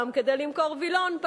פעם כדי למכור וילון,